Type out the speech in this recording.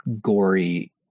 gory